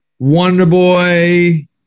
Wonderboy